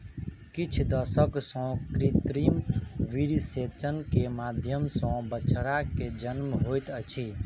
किछ दशक सॅ कृत्रिम वीर्यसेचन के माध्यम सॅ बछड़ा के जन्म होइत अछि